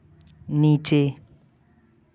नीचे